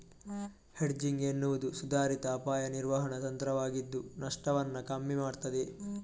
hedging ಎನ್ನುವುದು ಸುಧಾರಿತ ಅಪಾಯ ನಿರ್ವಹಣಾ ತಂತ್ರವಾಗಿದ್ದು ನಷ್ಟವನ್ನ ಕಮ್ಮಿ ಮಾಡ್ತದೆ